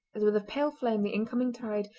as with a pale flame, the incoming tide,